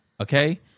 Okay